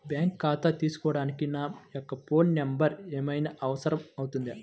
Bank ఖాతా తీసుకోవడానికి నా యొక్క ఫోన్ నెంబర్ ఏమైనా అవసరం అవుతుందా?